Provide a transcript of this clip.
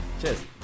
Cheers